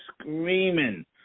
screaming